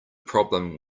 problem